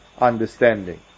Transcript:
understanding